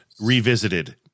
revisited